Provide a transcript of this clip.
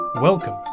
Welcome